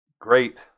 great